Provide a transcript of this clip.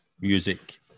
music